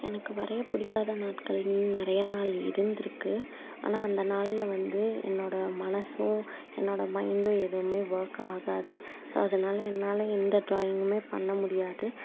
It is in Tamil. எனக்கு வரைய பிடிக்காத நாட்களெனு நிறையா நாள் இருந்திருக்கு ஆனால் அந்த நாளில் வந்து என்னோட மனதும் என்னோட மைண்டும் எதுவுமே ஒர்க் ஆகாது ஸோ அதனால் என்னால் எந்த டிராயிங்குமே பண்ண முடியாது